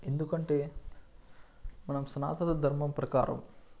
ఎందుకంటే మనం సనాతన ధర్మం ప్రకారం